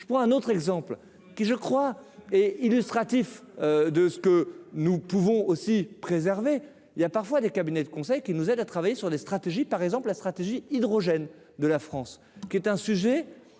je prends un autre exemple qui je crois est illustratif de ce que nous pouvons aussi préserver, il y a parfois des cabinets de conseil qui nous aide à travailler sur des stratégies, par exemple, la stratégie hydrogène de la France, qui est un sujet